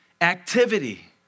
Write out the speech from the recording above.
activity